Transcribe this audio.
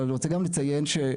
אבל אני רוצה גם לציין שהגזענות,